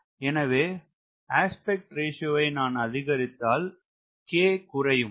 எனவே ஆஸ்பெக்ட் ரேஷியோவை நான் அதிகரித்தல் K குறையும்